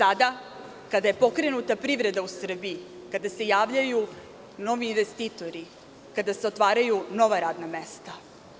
Sada kada je pokrenuta privreda u Srbiji, kada se javljaju novi investitori, kada se otvaraju nova radna mesta.